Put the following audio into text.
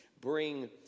bring